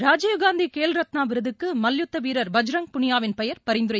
ராஜீவ்காந்தி கேல் ரத்னா விருதுக்கு மல்யுத்த வீரர் பஜ்ரங் புனியாவின் பெயர் பரிந்துரை